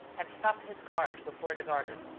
had stopped his cart before the garden,